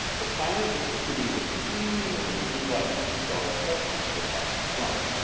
the planet was contributing a tiny amount of blue light to the star's spectrum as it passed in front.